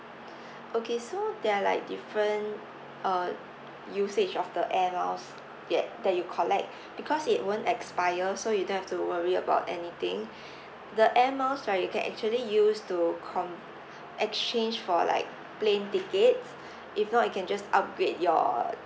okay so there are like different uh usage of the air miles yet that you collect because it won't expire so you don't have to worry about anything the air miles right you can actually use to com~ exchange for like plane tickets if not you can just upgrade your